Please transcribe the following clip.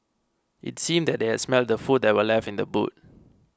it seemed that they had smelt the food that were left in the boot